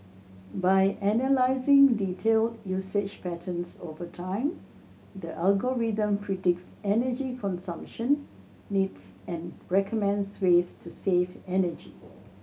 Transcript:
by analysing detailed usage patterns over time the algorithm predicts energy consumption needs and recommends ways to save energy